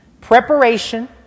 Preparation